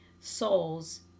souls